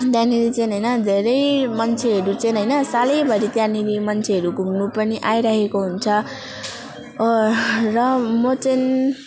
त्यहाँनेरि चाहिँ होइन धेरै मान्छेहरू चाहिँ होइन सालभरि त्यहाँनेरि मान्छेहरू घुम्नु पनि आइरहेको हुन्छ हो र म चाहिँ